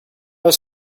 was